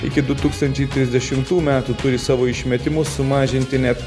iki du tūkstančiai trisdešimtų metų turi savo išmetimus sumažinti net